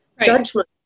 judgment